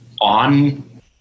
on